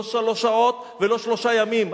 לא שלוש שעות ולא שלושה ימים.